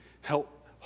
Help